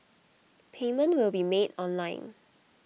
payment will be made online